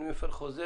אני מפר חוזה',